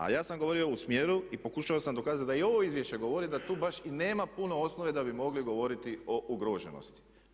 A ja sam govorio u smjeru i pokušao sam dokazati da i ovo izvješće govori da tu baš i nema puno osnove da bi mogli govoriti o ugroženosti.